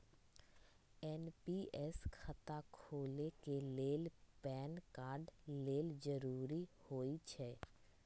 NPS खता खोले के लेल पैन कार्ड लेल जरूरी होइ छै